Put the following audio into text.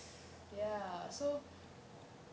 ya so